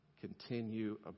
Continue